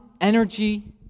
energy